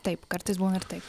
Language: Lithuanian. taip kartais būna ir tai